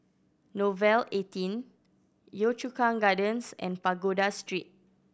Nouvel eighteen Yio Chu Kang Gardens and Pagoda Street